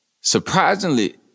surprisingly